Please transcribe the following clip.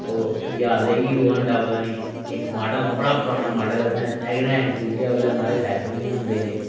ओह् उसी आखदे हीरो हांडा पता नी इक माडल हा बड़ा पराना माडल असें सैंकड हैंड खरीदेआ ओल्लै महाराज पैसे बी नी होंदे हे